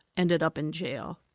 ended up in jail.